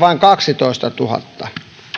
vain kaksitoistatuhatta